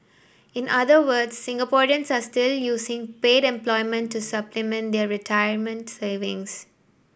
in other words Singaporeans are still using paid employment to supplement their retirement savings